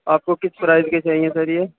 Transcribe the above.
آپ کو کس پرائز کے چاہیے سر یہ